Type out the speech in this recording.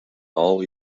all